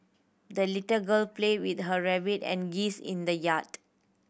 the little girl played with her rabbit and geese in the yard